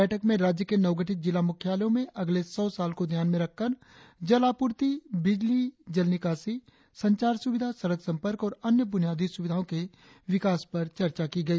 बैठक में राज्य के नवगठित जिला मुख्यालयों में अगले सौ साल को ध्यान में रखकर जल आप्रर्ति बिजली जल निकासी संचार सुविधा सड़क संपर्क और अन्य ब्रनियादी सुविधाओं के विकास पर चर्चा की गई